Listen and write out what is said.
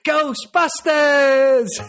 ghostbusters